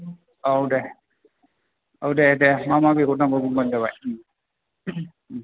औ दे औ दे दे मामा बेगर नांगौ बुंबानो जाबाय